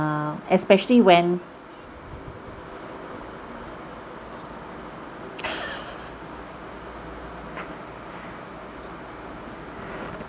especially when